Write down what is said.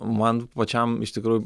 man pačiam iš tikrųjų